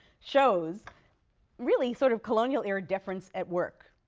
shows really sort of colonial era deference at work.